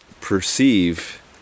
perceive